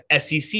SEC